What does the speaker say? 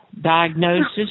diagnosis